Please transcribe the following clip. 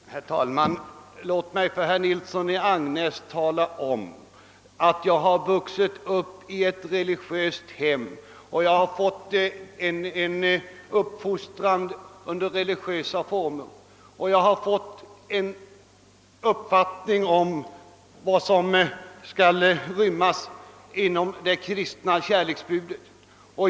Herr talman! Låt mig för herr Nilsson i Agnäs tala om att jag har vuxit upp i ett hem med respekt för religiösa värden och att min uppfostran påverkats av detta. Jag har därigenom fått en uppfattning om vad som bör inrymmas i det kristna kärleksbudet.